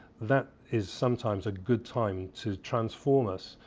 that is sometimes a good time to transform us,